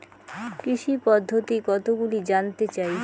কৃষি পদ্ধতি কতগুলি জানতে চাই?